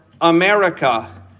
America